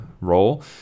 role